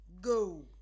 Go